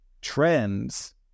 trends